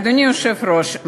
אדוני היושב-ראש,